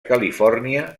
califòrnia